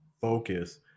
focus